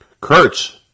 Kurtz